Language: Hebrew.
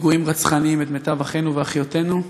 בפיגועים רצחניים את מיטב אחינו ואחיותינו,